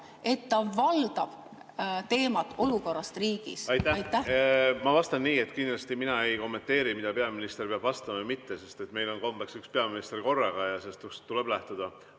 et ta valdab teemat "Olukord riigis". Aitäh! Ma vastan nii, et kindlasti mina ei kommenteeri, mida peaminister peab vastama või mitte, sest meil on kombeks üks peaminister korraga ja sellest tuleb lähtuda.